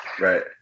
right